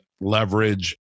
leverage